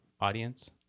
audience